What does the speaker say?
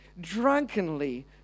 drunkenly